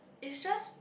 it's just